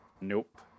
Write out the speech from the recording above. Nope